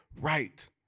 right